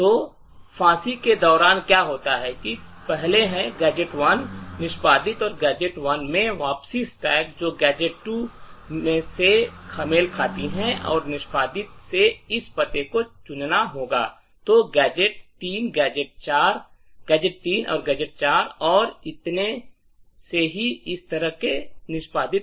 तो फांसी के दौरान क्या होता है पहले है गैजेट 1 निष्पादित और गैजेट 1 में वापसी स्टैक जो गैजेट 2 से मेल खाती है और निष्पादित से इस पते को चुनना होगा तो गैजेट 3 गैजेट 4 और इतने पर इस तरह से निष्पादित